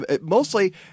mostly